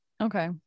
Okay